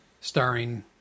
Starring